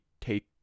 take